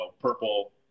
purple